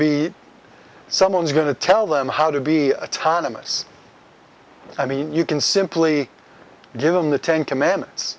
be someone's going to tell them how to be autonomy's i mean you can simply give them the ten commandments